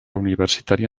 universitària